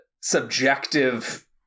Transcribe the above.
subjective